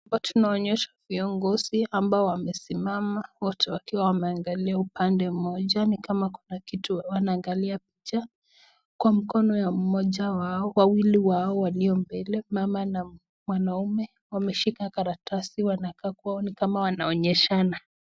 Hapa tunaonyeshwa viongozi ambao wamesimama wote wakiwa wameangalia upande moja, ni kama kuna kitu wanaangalia, kwa mkono wa mmoja wao, wawili wao walio mbele, mama na mwanaume wameshika karatasi wanekaa kuwa ni kama wanaonyeshana.